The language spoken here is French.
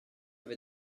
vais